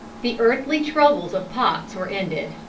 the earthly troubles of potts were ended.